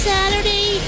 Saturday